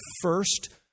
first